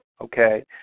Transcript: okay